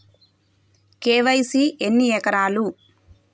KYC ఎన్ని రకాలు?